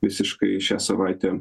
visiškai šią savaitę